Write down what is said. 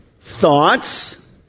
Thoughts